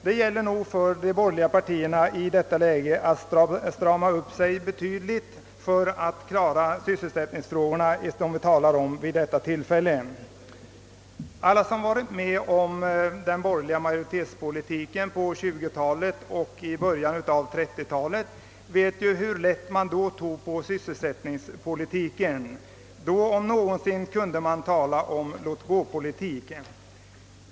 Det gäller nog för de borgerliga partierna att strama upp sig för att klara sysselsättningsfrågorna. Alla som känner till den borgerliga majoritetspolitiken på 1920-talet och i början av 1930 talet vet hur lätt man tog på sysselsättningspolitiken. Då om någonsin kunde man tala om en låt-gå-politik.